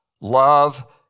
love